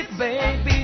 baby